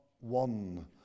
one